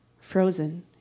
frozen